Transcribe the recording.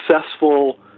successful